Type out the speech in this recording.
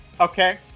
okay